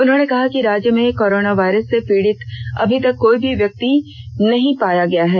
उन्होंने कहा है कि राज्य में कोरोना वायरस से पीडित अभी तक कोई भी व्यक्ति नहीं पाया गया है